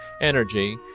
energy